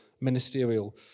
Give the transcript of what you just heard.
ministerial